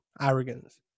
Arrogance